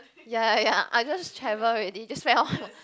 ya ya I just traveled already just play one what